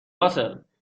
راسل، می